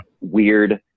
weird